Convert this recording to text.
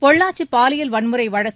பொள்ளாச்சி பாலியல் வன்முறை வழக்கு